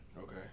Okay